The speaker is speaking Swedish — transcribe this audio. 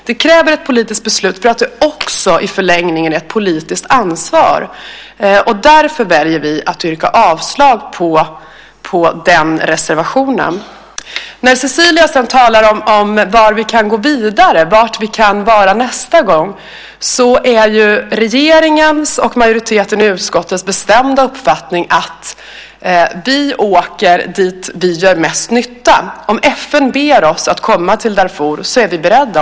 Det kräver ett politiskt beslut för att det också i förlängningen är ett politiskt ansvar. Därför väljer vi att yrka avslag på den reservationen. När Cecilia talar om var vi kan gå vidare och var vi kan vara nästa gång är regeringens och majoritetens i utskottet bestämda uppfattning att vi åker dit där vi gör mest nytta. Om FN ber oss att komma till Darfur är vi beredda.